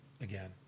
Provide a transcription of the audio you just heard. again